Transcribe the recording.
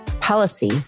policy